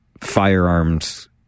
firearms